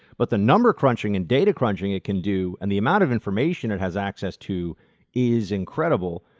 but the number crunching and data crunching it can do and the amount of information it has access to is incredible,